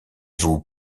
vous